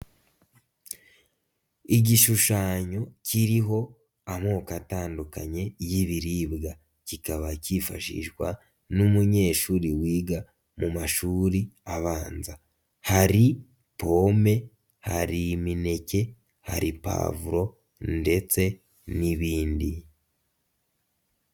Igishushanyo kiriho amoko atandukanye y'ibiribwa, kikaba kifashishwa n'umunyeshuri wiga mu mashuri abanza. Hari pome, hari imineke, hari pavuro, ndetse n'ibindi.